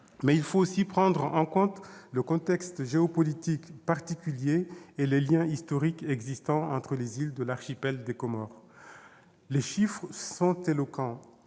mais il faut aussi prendre en compte le contexte géopolitique particulier et les liens historiques existant entre les îles de l'archipel des Comores. Les chiffres sont éloquents